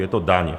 Je to daň.